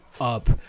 up